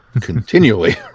continually